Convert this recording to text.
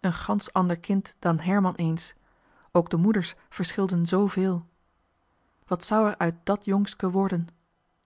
een gansch ander kind dan herman eens ook de moeders verschilden zveel wat zou er uit dàt jongske worden